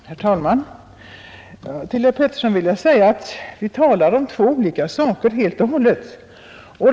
Herr talman! Till herr Petersson i Gäddvik vill jag säga att vi talar om två helt och hållet olika saker.